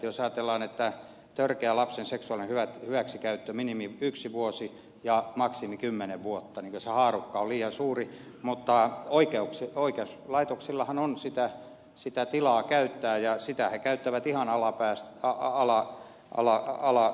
jos ajatellaan että törkeä lapsen seksuaalinen hyväksikäyttö minimi yksi vuosi ja maksimi kymmenen vuotta niin kyllä se haarukka on liian suuri mutta oikeuslaitoksillahan on sitä tilaa käyttää ja sitä he käyttävät ihon alla pääse koko alaa ihan alasektorilta